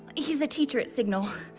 he's a teacher at signal!